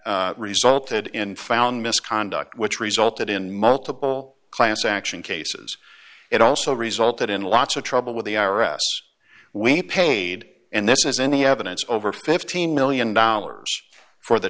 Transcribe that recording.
that resulted in found misconduct which resulted in multiple class action cases it also resulted in lots of trouble with the i r s we paid and this is in the evidence over fifteen million dollars for the